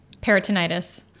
Peritonitis